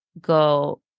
go